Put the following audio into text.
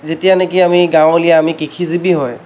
যেতিয়া নেকি আমি গাঁৱলীয়া আমি কৃষিজীৱি হয়